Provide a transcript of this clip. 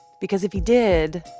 because if he did,